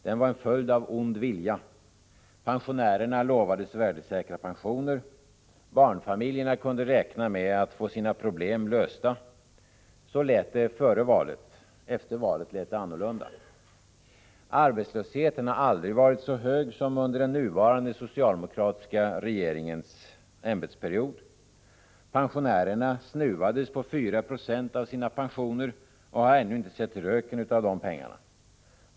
Den var en följd av ond vilja. Pensionärerna lovades värdesäkra pensioner. Barnfamiljerna kunde räkna med att få sina problem lösta. Så lät det före valet. Efter valet lät det annorlunda. Arbetslösheten har aldrig varit så hög som under den nuvarande socialdemokratiska regeringens ämbetsperiod. Pensionärerna snuvades på 4 96 av sina pensioner och har ännu inte sett röken av de pengarna.